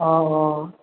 অ অ